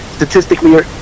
statistically